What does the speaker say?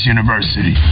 University